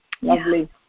Lovely